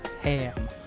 ham